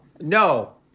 no